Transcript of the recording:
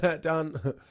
done